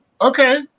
Okay